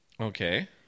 Okay